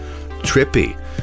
Trippy